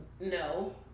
No